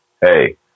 hey